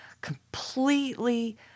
completely